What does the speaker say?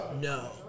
no